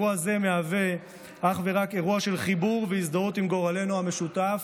והאירוע הזה מהווה אך ורק חיבור והזדהות עם גורלנו המשותף,